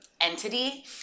entity